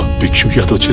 bhikshu yadav!